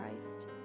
Christ